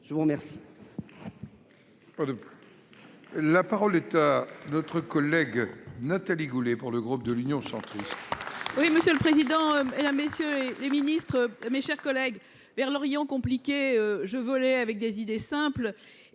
Je vous remercie,